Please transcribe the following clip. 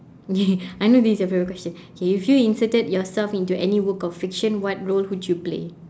okay I know this is you favourite question okay if you inserted yourself into any work of fiction what role would you play